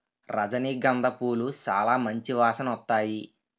రజనీ గంధ పూలు సాలా మంచి వాసనొత్తాయి